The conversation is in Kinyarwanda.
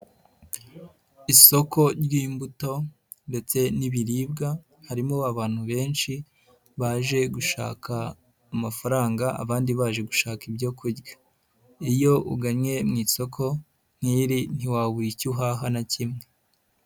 Isoko ry'imbuto ndetse n'ibiribwa, harimo abantu benshi baje gushaka amafaranga, abandi baje gushaka ibyo kurya, iyo ugannye mu isoko nk'iri ntiwawi icyo uhaha na kimwe.